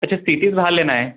अच्छा सिटी से बाहर लेना है